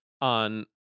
on